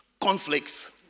conflicts